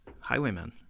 Highwayman